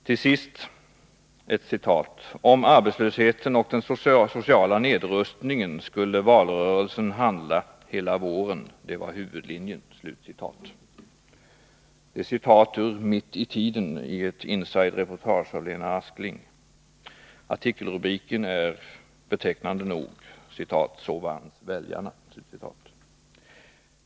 Till sist ett citat: ”Om arbetslösheten och den sociala nedrustningen skulle valrörelsen handla hela våren, det var huvudlinjen.” Detta citat är hämtat ur Mitt i Tiden. Det gäller ett insidereportage av Lena Askling. Artikelrubriken lyder betecknande nog ”Så vanns väljarna”.